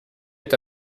est